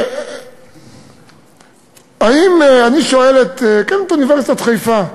אני שואל את אוניברסיטת חיפה,